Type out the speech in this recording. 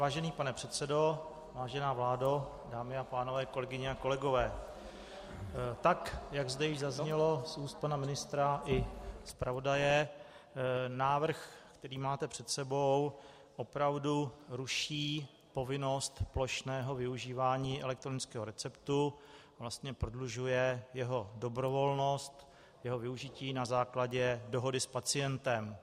Vážený pane předsedo, vážená vládo, dámy a pánové, kolegyně a kolegové, tak jak zde již zaznělo z úst pana ministra i zpravodaje, návrh, který máte před sebou, opravdu ruší povinnost plošného využívání elektronického receptu, vlastně prodlužuje jeho dobrovolnost, jeho využití na základě dohody s pacientem.